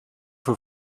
für